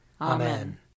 Amen